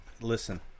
listen